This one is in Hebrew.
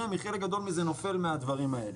חלק גדול מזה נופל על הדברים האלה.